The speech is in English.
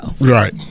right